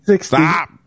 Stop